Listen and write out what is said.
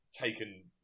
taken